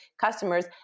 customers